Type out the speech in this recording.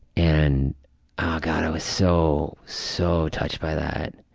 and oh god i was so so touched by that.